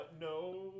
No